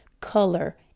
color